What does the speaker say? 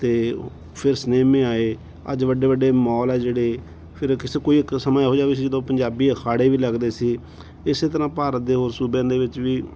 ਅਤੇ ਫੇਰ ਸਿਨੇਮੇ ਆਏ ਅੱਜ ਵੱਡੇ ਵੱਡੇ ਮੌਲ ਆ ਜਿਹੜੇ ਫੇਰ ਕਿਸੇ ਕੋਈ ਇੱਕ ਸਮਾਂ ਇਹੋ ਜਿਹਾ ਵੀ ਸੀ ਜਦੋਂ ਪੰਜਾਬੀ ਅਖਾੜੇ ਵੀ ਲੱਗਦੇ ਸੀ ਇਸੇ ਤਰ੍ਹਾਂ ਭਾਰਤ ਦੇ ਹੋਰ ਸੂਬਿਆਂ ਦੇ ਵਿੱਚ ਵੀ